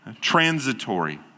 transitory